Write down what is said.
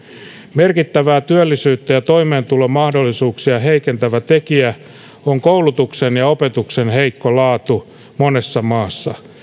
merkittävä työllisyyttä ja toimeentulomahdollisuuksia heikentävä tekijä on koulutuksen ja ja opetuksen heikko laatu monessa maassa